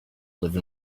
live